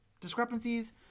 discrepancies